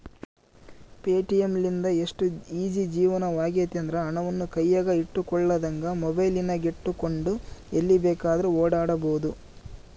Paytm ಲಿಂದ ಎಷ್ಟು easy ಜೀವನವಾಗೆತೆಂದ್ರ, ಹಣವನ್ನು ಕೈಯಗ ಇಟ್ಟುಕೊಳ್ಳದಂಗ ಮೊಬೈಲಿನಗೆಟ್ಟುಕೊಂಡು ಎಲ್ಲಿ ಬೇಕಾದ್ರೂ ಓಡಾಡಬೊದು